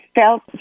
felt